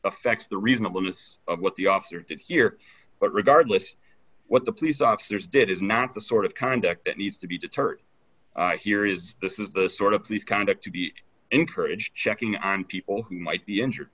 affects the reasonableness of what the officer did here but regardless what the police officers did is not the sort of conduct that needs to be deterred here is this is the sort of these conduct to be encouraged checking on people who might be injured